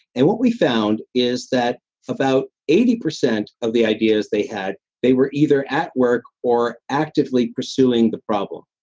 and what we found is that about eighty percent of the ideas they had, they were either at work or actively pursuing the problem.